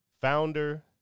founder